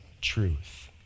truth